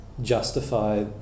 justify